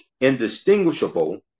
indistinguishable